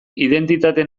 identitate